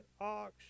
ox